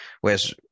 whereas